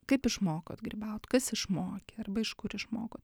kaip išmokot grybaut kas išmokė arba iš kur išmokot